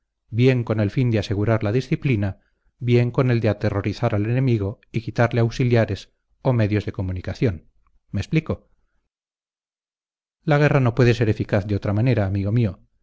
bien con el fin de asegurar la disciplina bien con el de aterrorizar al enemigo y quitarle auxiliares o medios de comunicación me explico la guerra no puede ser eficaz de otra manera amigo mío